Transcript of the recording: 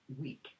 week